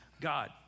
God